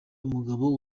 umugabo